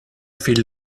fill